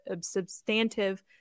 substantive